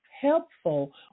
helpful